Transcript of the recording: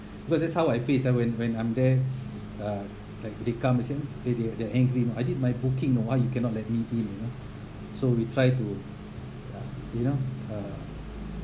because that's how I face ah when when I'm there uh like they come as in they're they're angry you know I did my booking know why you cannot let me into you know so we try to you know